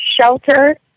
shelter